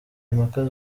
impaka